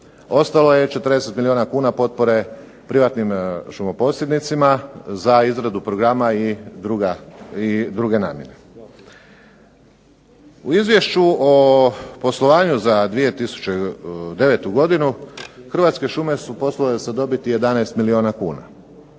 ostalo je 40 milijuna kuna potpore privatnim šumoposjednicima za izradu programa i druge namjene. U izvješću o poslovanju za 2009. godinu, Hrvatske šume su poslovale sa dobiti 11 milijuna kuna.